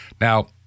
Now